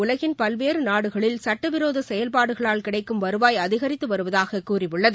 உலகின் பல்வேறு நாடுகளில் சுட்டவிரோத செயல்பாடுகளால் கிடைக்கும் வருவாய் அதிகரித்து வருவதாகக் கூறியுள்ளது